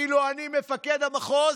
אילו אני מפקד המחוז,